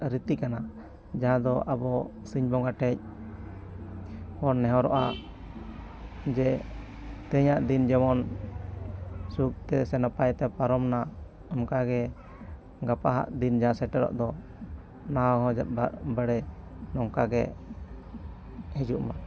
ᱨᱤᱛᱤ ᱠᱟᱱᱟ ᱡᱟᱦᱟᱸ ᱫᱚ ᱟᱵᱚ ᱥᱤᱧ ᱵᱚᱸᱜᱟ ᱴᱷᱮᱱᱵᱚᱱ ᱱᱮᱦᱚᱨᱚᱜᱼᱟ ᱡᱮ ᱛᱮᱦᱮᱧᱟᱜ ᱫᱤᱱ ᱡᱮᱢᱚᱱ ᱥᱩᱠᱛᱮ ᱥᱮ ᱱᱟᱯᱟᱭ ᱛᱮ ᱯᱟᱨᱚᱢ ᱮᱱᱟ ᱚᱱᱠᱟ ᱜᱮ ᱜᱟᱯᱟ ᱟᱜ ᱫᱤᱱ ᱡᱟᱦᱟᱸ ᱥᱮᱴᱮᱨᱚᱜ ᱫᱚ ᱚᱱᱟ ᱦᱚᱸ ᱵᱟᱲᱮ ᱱᱚᱝᱠᱟ ᱜᱮ ᱦᱤᱡᱩᱜ ᱢᱟ